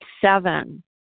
seven